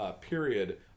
period